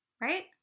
Right